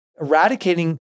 eradicating